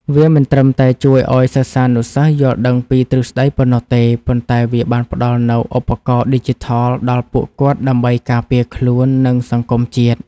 វាមិនត្រឹមតែជួយឱ្យសិស្សានុសិស្សយល់ដឹងពីទ្រឹស្ដីប៉ុណ្ណោះទេ ប៉ុន្តែវាបានផ្ដល់នូវ ឧបករណ៍ឌីជីថល ដល់ពួកគាត់ដើម្បីការពារខ្លួន និងសង្គមជាតិ។